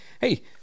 Hey